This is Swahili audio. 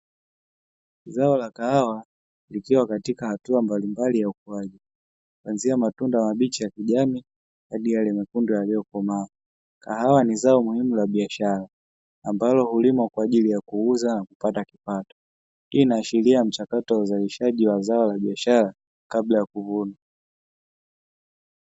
Zao la kahawa likiwa katika hatua mbalimbali za ukuaji, kuanzia matunda mabichi ya kijani hadi yale mekundu yaliyokomaa. Kahawa ni zao muhimu la biashara ambalo hulimwa kwa ajili kuuza na kupata kipato, hii inaashiria mchakato wa uzalishaji wa zao la biashara kabla ya kuvuna.